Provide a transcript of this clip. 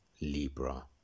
Libra